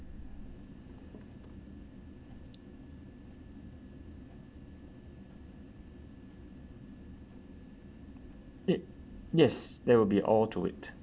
it yes that will be all to it